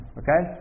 okay